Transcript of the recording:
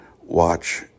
watch